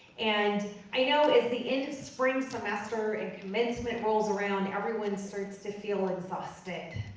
and i know as the end of spring semester and commencement rolls around, everyone starts to feel exhausted.